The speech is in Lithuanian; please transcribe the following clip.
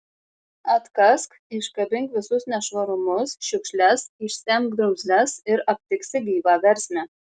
atkask iškabink visus nešvarumus šiukšles išsemk drumzles ir aptiksi gyvą versmę